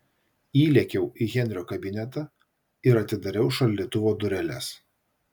įlėkiau į henrio kabinetą ir atidariau šaldytuvo dureles